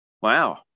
wow